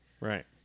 Right